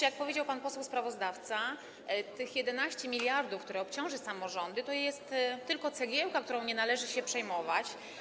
Jak powiedział pan poseł sprawozdawca, 11 mld, które obciążą samorządy, to jest tylko cegiełka, którą nie należy się przejmować.